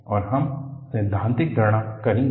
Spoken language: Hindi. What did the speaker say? और हम सैद्धांतिक गणना करेंगे